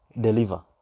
deliver